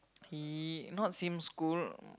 he not same school